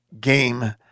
game